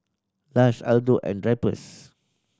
Lush Aldo and Drypers